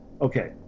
okay